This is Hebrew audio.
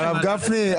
הרב גפני,